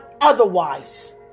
otherwise